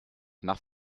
nach